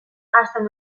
hasten